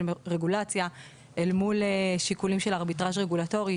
רגולציה אל מול שיקולים של ארביטראז' רגולטורי.